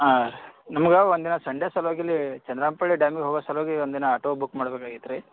ಹಾಂ ನಮ್ಗೆ ಒಂದಿನ ಸಂಡೇ ಸಲುವಾಗಿ ಇಲ್ಲಿ ಚಂದ್ರಾಮ್ಪಳ್ಳಿ ಡ್ಯಾಮಿಗೆ ಹೋಗೋ ಸಲುವಾಗಿ ಒಂದಿನ ಆಟೋ ಬುಕ್ ಮಾಡ್ಬೇಕಾಗಿತ್ತು ರೀ